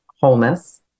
wholeness